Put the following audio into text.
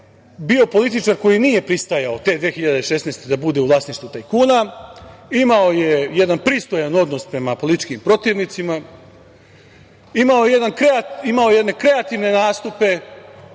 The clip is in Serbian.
bio političar koji nije pristajao te 2016. godine da bude u vlasništvu tajkuna, imao je jedan pristojan odnos prema političkim protivnicima, imao jedne kreativne nastupe